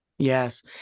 Yes